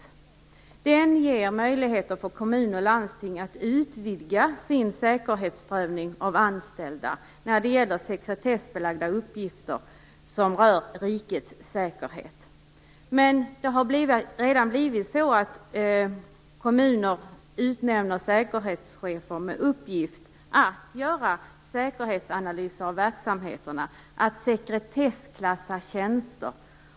Den ger möjligheter för kommuner och landsting att utvidga sin säkerhetsprövning av anställda när det gäller sekretessbelagda uppgifter som rör rikets säkerhet. Men det har redan blivit så att kommuner utnämner säkerhetschefer med uppgift att göra säkerhetsanalyser av verksamheterna och sekretessklassa tjänster.